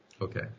Okay